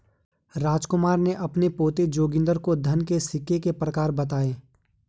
रामकुमार ने अपने पोते जोगिंदर को धन के सिक्के के प्रकार बताएं